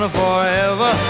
forever